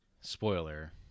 Spoiler